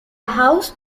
house